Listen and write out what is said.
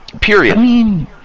Period